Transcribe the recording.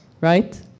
right